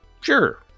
Sure